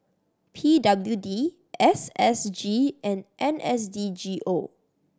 P W D S S G and N S D G O